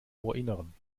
ohrinneren